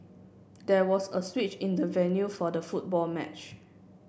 there was a switch in the venue for the football match